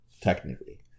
technically